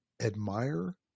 admire